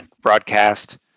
broadcast